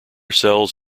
cells